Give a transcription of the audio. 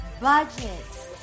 budgets